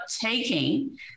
taking